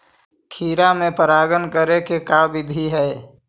खिरा मे परागण करे के का बिधि है?